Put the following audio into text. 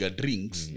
drinks